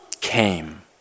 came